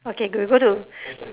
okay good we go to